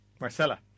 Marcella